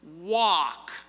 walk